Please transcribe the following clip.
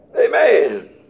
Amen